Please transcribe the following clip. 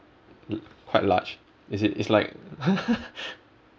l~ quite large is it is like